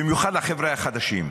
במיוחד לחבר'ה החדשים: